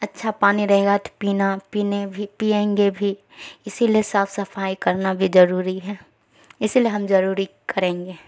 اچھا پانی رہے گا تو پینا پینے بھی پئیں گے بھی اسی لیے صاف صفائی کرنا بھی ضروری ہے اسی لیے ہم ضروری کریں گے